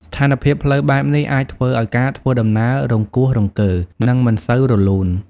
ស្ថានភាពផ្លូវបែបនេះអាចធ្វើឱ្យការធ្វើដំណើរ រង្គោះរង្គើ និងមិនសូវរលូន។